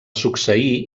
succeir